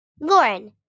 Lauren